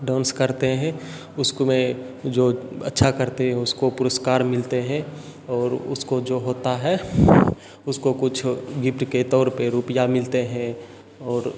dance करते हैं उसको में जो अच्छा करते है उसको पुरुस्कार मिलते हैं और उसको जो होता है उसको कुछ गिफ्ट के तौर पर रुपया मिलते हैं और